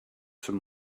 some